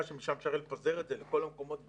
שמשם אפשר לפזר את זה לכל המקומות בארץ.